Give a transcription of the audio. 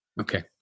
Okay